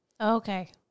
Okay